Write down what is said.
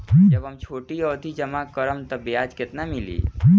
जब हम छोटी अवधि जमा करम त ब्याज केतना मिली?